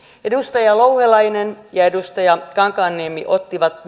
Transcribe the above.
edustaja louhelainen ja edustaja kankaanniemi ottivat